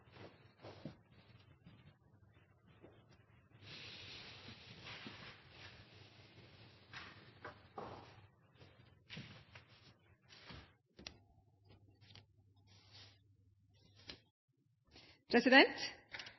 takk